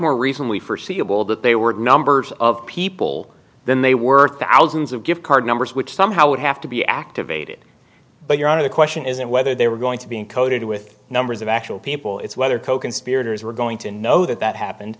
more recently forseeable that they were numbers of people then they were thousands of gift card numbers which somehow would have to be activated but you're out of the question isn't whether they were going to be encoded with numbers of actual people it's whether coconspirators were going to know that that happened